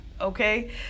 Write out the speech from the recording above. okay